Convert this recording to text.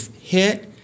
hit